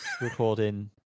recording